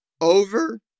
Over